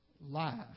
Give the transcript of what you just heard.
Life